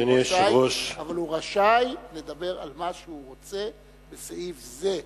אבל הוא רשאי לדבר על מה שהוא רוצה בסעיף זה.